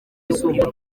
yisumbuye